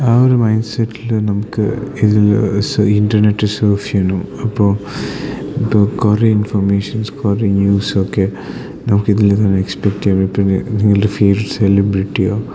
ആ ഒരു മൈൻഡ് സെറ്റിൽ നമുക്ക് ഇതിൽ സ ഇൻറ്റർനെറ്റസ് യൂസ് ചെയ്യണം അപ്പോൾ ഇപ്പോൾ കുറെ ഇൻഫർമേഷൻസ് കുറെ ന്യൂസൊക്കെ നമുക്ക് ഇതിൽ തന്നെ എക്സ്പെക്ടെ ചെയ്യാനായിട്ട് പിന്നെ അല്ലെങ്കിൽ ഫിലിം സെലിബ്രിറ്റിയോ